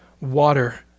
water